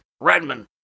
Redman